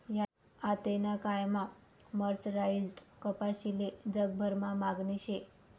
आतेना कायमा मर्सराईज्ड कपाशीले जगभरमा मागणी शे